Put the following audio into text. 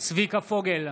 צביקה פוגל,